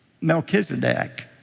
Melchizedek